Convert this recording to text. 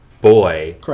boy